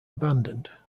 abandoned